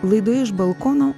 laida iš balkono